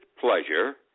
pleasure